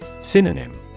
Synonym